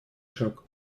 шаг